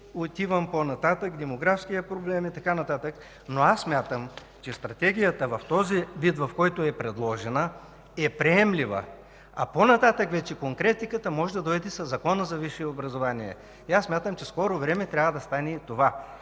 отивам по-нататък – демографският проблем и така нататък. Аз смятам, че Стратегията в този вид, в който е предложена, е приемлива, а по-нататък вече – конкретиката, може да дойде със Закона за висшето образование. И аз смятам, че в скоро време трябва да стане и това.